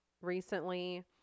recently